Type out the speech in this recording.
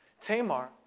Tamar